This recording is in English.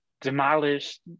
demolished